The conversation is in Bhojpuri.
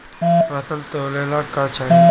फसल तौले ला का चाही?